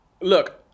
Look